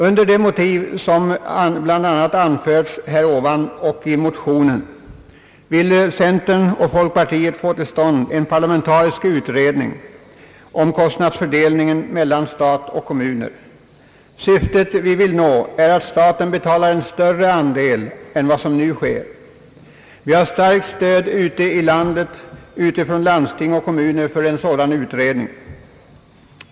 Med de motiv som här anförts och i motionen vill centern och folkpartiet få till stånd en parlamentarisk utredning om kostnadsfördelningen mellan stat och kommun. Det mål som vi vill nå är att staten betalar en större andel än vad som nu sker, Vi har starkt stöd från landsting och kommuner för en sådan utredning.